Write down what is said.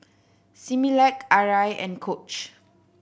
Similac Arai and Coach